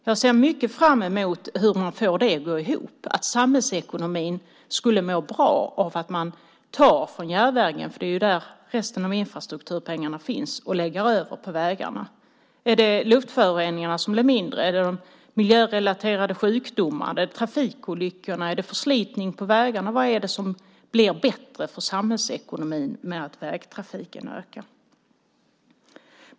Jag ser mycket fram emot hur de får det att gå ihop att samhällsekonomin skulle må bra av att resurser tas från järnvägen - det är ju där resten av infrastrukturpengarna finns - och läggs över till vägarna. Blir det mindre luftföroreningar, mindre miljörelaterade sjukdomar, mindre trafikolyckor, mindre förslitning av vägarna, eller vad är det som blir bättre för samhällsekonomin med att vägtrafiken ökar?